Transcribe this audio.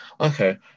Okay